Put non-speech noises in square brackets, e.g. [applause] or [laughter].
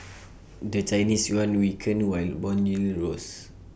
[noise] the Chinese Yuan weakened while Bond yields rose